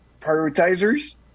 prioritizers